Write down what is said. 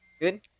Good